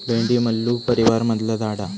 भेंडी मल्लू परीवारमधला झाड हा